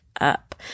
up